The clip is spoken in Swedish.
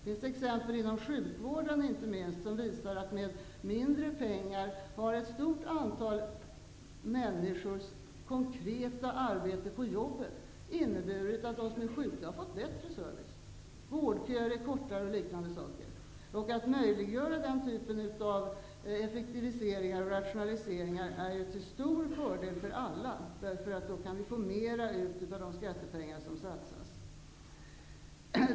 Det finns exempel inte minst inom sjukvården, som visar att med mindre pengar har många människors konkreta arbete på arbetsplatserna inneburit bättre service för de sjuka, genom kortare vårdköer, m.m. Att möjliggöra den typen av effektiviseringar och rationaliseringar är till stor fördel för alla, eftersom vi då kan få ut mer av de skattepengar som satsas.